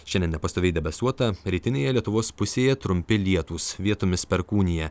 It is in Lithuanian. šiandien nepastoviai debesuota rytinėje lietuvos pusėje trumpi lietūs vietomis perkūnija